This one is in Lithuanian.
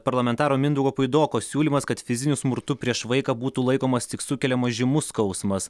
parlamentaro mindaugo puidoko siūlymas kad fiziniu smurtu prieš vaiką būtų laikomas tik sukeliamas žymus skausmas